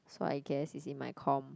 so I guess it's in my com